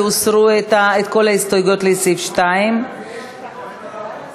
כי הוסרו כל ההסתייגויות לסעיף 2. אנחנו מצביעים על סעיפים 2,